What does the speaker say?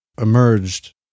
emerged